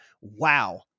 wow